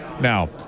now